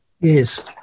Yes